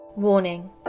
Warning